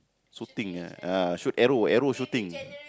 shooting ah ah shoot arrow arrow shooting